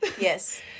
yes